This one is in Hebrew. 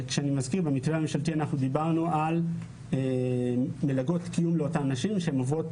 במתווה הממשלתי דיברנו על מלגות קיום לאותן נשים שעוברות